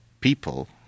people